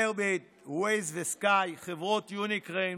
Verbit, Wiz ו-Skai, חברות יוניקורן